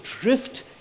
drift